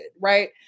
right